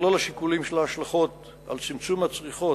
במכלול השיקולים של ההשלכות על צמצום הצריכה,